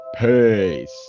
peace